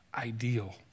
ideal